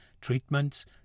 treatments